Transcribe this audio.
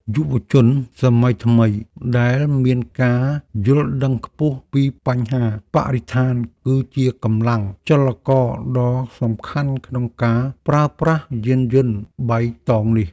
យុវជនសម័យថ្មីដែលមានការយល់ដឹងខ្ពស់ពីបញ្ហាបរិស្ថានគឺជាកម្លាំងចលករដ៏សំខាន់ក្នុងការប្រើប្រាស់យានយន្តបៃតងនេះ។